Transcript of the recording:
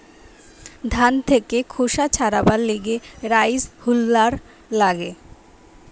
ধান থেকে খোসা ছাড়াবার লিগে রাইস হুলার লাগে